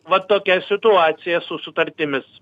vat tokia situacija su sutartimis